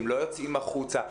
הם לא יוצאים החוצה,